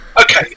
Okay